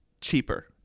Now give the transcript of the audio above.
cheaper